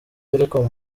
telecom